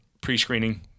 pre-screening